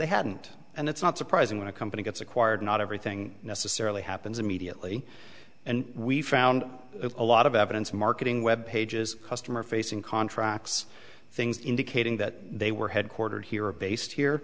they hadn't and it's not surprising when a company gets acquired not everything necessarily happens immediately and we found a lot of evidence marketing web pages customer facing contracts things indicating that they were headquartered here or based here